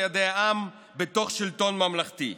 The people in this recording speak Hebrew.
על ידי העם בתוך השלטון הממלכתי.